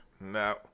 No